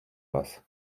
вас